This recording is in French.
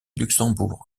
luxembourg